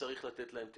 שצריך לתת להם תיעדוף.